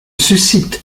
suscite